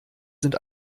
sind